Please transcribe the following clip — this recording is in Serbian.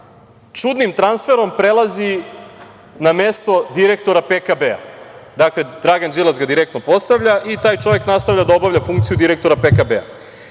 čudnim transferom prelazi na mesto direktora PKB-a. Dakle, Dragan Đilas ga direktno postavlja i taj čovek nastavlja da obavlja funkciju direktora PKB-a. Prema